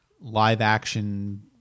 live-action